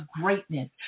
greatness